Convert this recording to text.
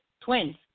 twins